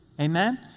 Amen